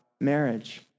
marriage